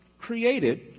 created